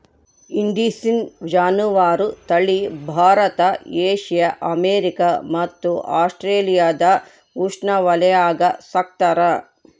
indicine ಜಾನುವಾರು ತಳಿ Bharat Asia America ಮತ್ತು ಆಸ್ಟ್ರೇಲಿಯಾದ ಉಷ್ಣವಲಯಾಗ ಸಾಕ್ತಾರ